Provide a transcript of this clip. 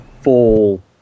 full